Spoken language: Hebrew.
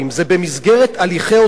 זה במסגרת הליכי הוצאה